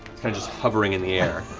just hovering in the air.